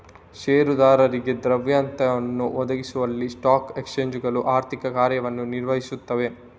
ಷೇರುದಾರರಿಗೆ ದ್ರವ್ಯತೆಯನ್ನು ಒದಗಿಸುವಲ್ಲಿ ಸ್ಟಾಕ್ ಎಕ್ಸ್ಚೇಂಜುಗಳು ಆರ್ಥಿಕ ಕಾರ್ಯವನ್ನು ನಿರ್ವಹಿಸುತ್ತವೆ